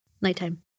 Nighttime